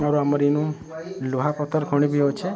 ଅର ଆମରି ଇନୁ ଲୁହା ପଥର୍ ଖଣି ବି ଅଛେ